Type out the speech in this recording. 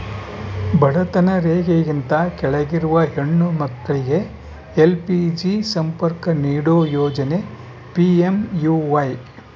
ಬಡತನ ರೇಖೆಗಿಂತ ಕೆಳಗಿರುವ ಹೆಣ್ಣು ಮಕ್ಳಿಗೆ ಎಲ್.ಪಿ.ಜಿ ಸಂಪರ್ಕ ನೀಡೋ ಯೋಜನೆ ಪಿ.ಎಂ.ಯು.ವೈ